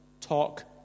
talk